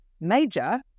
Major